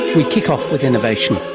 we kick off with innovation.